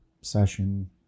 session